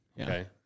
Okay